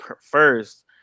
first